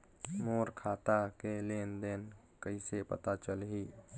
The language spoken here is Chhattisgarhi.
मोर खाता के लेन देन कइसे पता चलही?